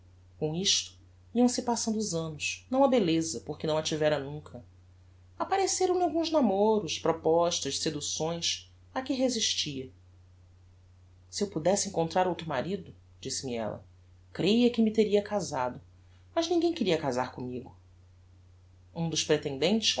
com isto iam-se passando os annos não a belleza porque não a tivera nunca appareceram lhe alguns namoros propostas seducções a que resistia se eu pudesse encontrar outro marido disse-me ella creia que me teria casado mas ninguem queria casar commigo um dos pretendentes